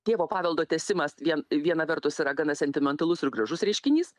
tėvo paveldo tęsimas vien viena vertus yra gana sentimentalus ir gražus reiškinys